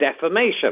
defamation